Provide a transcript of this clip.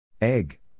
Egg